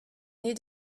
née